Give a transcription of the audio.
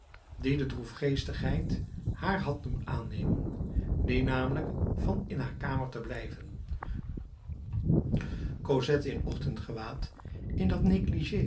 die de droefgeestigheid haar had doen aannemen die nl van in haar kamer te blijven cosette in ochtendgewaad in dat